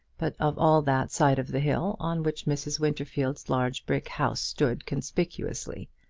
but of all that side of the hill on which mrs. winterfield's large brick house stood conspicuously.